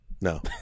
No